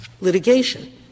litigation